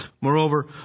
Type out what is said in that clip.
Moreover